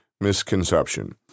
misconception